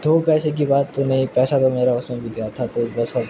دیکھو پیسے کی بات تو نہیں پیسہ تو میرا اس میں بھی گیا تھا تو پیسہ